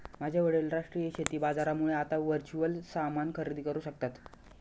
माझे वडील राष्ट्रीय शेती बाजारामुळे आता वर्च्युअल सामान खरेदी करू शकता